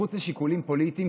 מחוץ לשיקולים פוליטיים,